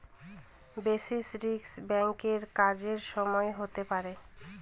basis risk ব্যাঙ্কের কাজের সময় হতে পারে